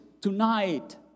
tonight